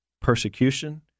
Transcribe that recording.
persecution